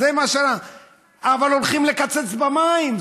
אבל הולכים לקצץ במים,